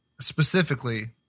Specifically